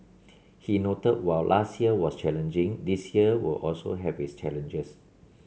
he noted while last year was challenging this year will also have its challenges